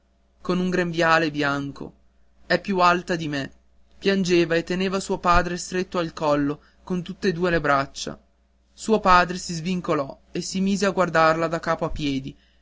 con un grembiale grigio è più alta di me piangeva e teneva suo padre stretto al collo con tutt'e due le braccia suo padre si svincolò e si mise a guardarla da capo a piedi